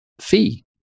fee